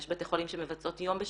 יש בתי חולים שמבצעים יום בשבוע,